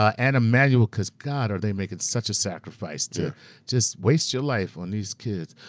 and a manual, cause god are they making such a sacrifice to just waste your life on these kids.